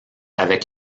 avec